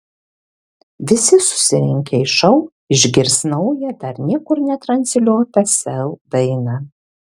visi susirinkę į šou išgirs naują dar niekur netransliuotą sel dainą